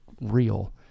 real